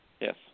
Yes